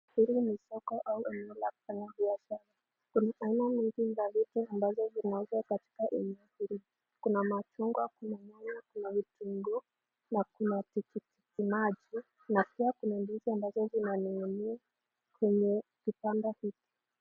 Hili ni soko ama eneo la kufanya biashara kuna aina mingi za vitu ambazo zinauzwa katika eneo hili kuna machungwa, kuna nyanya, kuna vitunguu na kuna tikiti maji na pia kuna ndizi ambazo zinaning'inia kwenye kibanda hiki.